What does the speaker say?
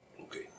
Okay